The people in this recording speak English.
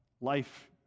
life